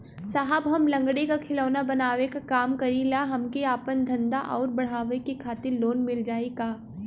साहब हम लंगड़ी क खिलौना बनावे क काम करी ला हमके आपन धंधा अउर बढ़ावे के खातिर लोन मिल जाई का?